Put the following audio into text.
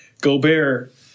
Gobert